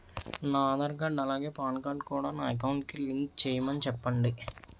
నా ఆధార్ కార్డ్ అలాగే PAN card కూడా నా అకౌంట్ కి లింక్ చేయమని చెప్పండి